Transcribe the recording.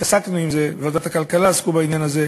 התעסקנו בהם, בוועדת הכלכלה עסקו בעניין הזה.